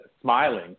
smiling